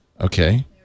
okay